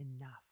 Enough